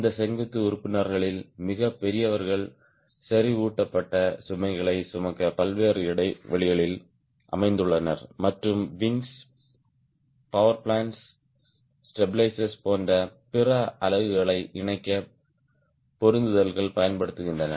இந்த செங்குத்து உறுப்பினர்களில் மிகப் பெரியவர்கள் செறிவூட்டப்பட்ட சுமைகளைச் சுமக்க பல்வேறு இடைவெளிகளில் அமைந்துள்ளனர் மற்றும் விங்ஸ் பவர் பிளான்ட்ஸ்ஸ்டாபிளிஸ்ர்ஸ் போன்ற பிற அலகுகளை இணைக்க பொருத்துதல்கள் பயன்படுத்தப்படுகின்றன